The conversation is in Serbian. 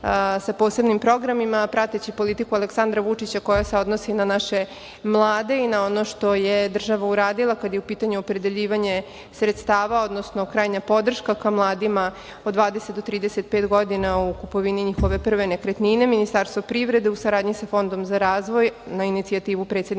sa posebnim programima prateći politiku Aleksandra Vučića, koja se odnosi na naše mlade i na ono što je država uradil kada je u pitanju opredeljivanje sredstava, odnosno krajnja podrška ka mladima od 20 do 35 godina u kupovini njihove prve nekretnine. Ministarstvo privrede u saradnji sa Fondom za razvoj na inicijativu predsednika